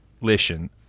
Listen